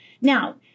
Now